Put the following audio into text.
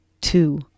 two